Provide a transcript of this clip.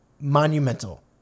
monumental